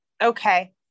Okay